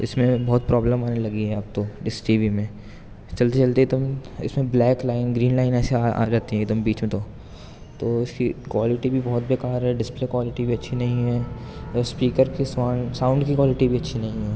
اس میں بہت پرابلم آنے لگی ہے اب تو اس ٹی وی میں چلتے چلتے توم اس میں بلیک لائن گرین لائن ایسے آ جاتی ہے ایک دم بیچ میں تو تو اس کی کوالٹی بھی بہت بیکار ہے ڈسپلے کوالٹی بھی اچھی نہیں ہے اسپیكر كی ساؤنڈ ساؤنڈ كی كوالٹی بھی اچھی نہیں ہے